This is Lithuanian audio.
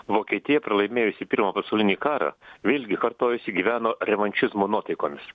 vokietija pralaimėjusi pirmą pasaulinį karą vėlgi kartojosi gyveno revanšizmo nuotaikomis